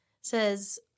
says